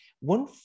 one